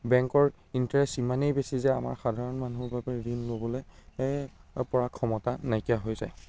বেংকৰ ইণ্টাৰেষ্ট ইমানেই বেছি যে আমাৰ সাধাৰণ মানুহৰ বাবে ঋণ ল'বলৈ পৰা ক্ষমতা নাইকিয়া হৈ যায়